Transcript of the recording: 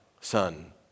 Son